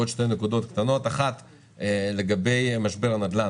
ועוד שתי נקודות קטנות: לגבי משבר הנדל"ן